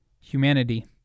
humanity